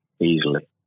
Easily